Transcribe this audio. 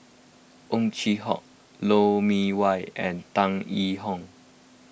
Ow Chin Hock Lou Mee Wah and Tan Yee Hong